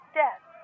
death